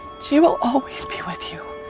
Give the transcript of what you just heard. she will always be with you,